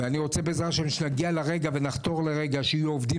בעזרת השם שנגיע לרגע ונחתור לרגע שיהיו עובדים